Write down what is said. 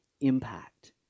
impact